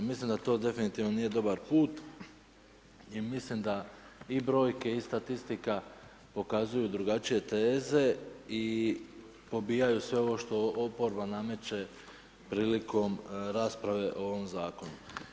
Mislim da to definitivno nije dobar put i mislim da i brojke i statistika pokazuju drugačije teze i pobijaju sve ovo što oporba nameće prilikom rasprave o ovom zakonu.